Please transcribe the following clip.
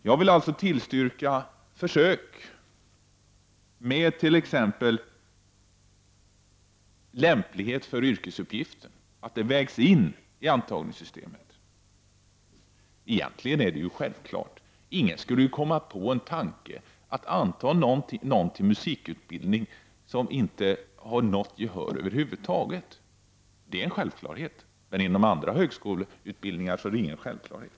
Jag vill alltså tillstyrka försök med att t.ex. lämplighet för yrkesuppgiften vägs in vid antagning. Egentligen är det självklart. Ingen skulle komma på tanken att anta någon till musikutbildning som inte har något gehör över huvud taget. Det är en självklarhet. Men inom andra högskoleutbildningar är det ingen självklarhet.